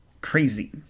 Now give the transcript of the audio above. crazy